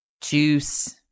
juice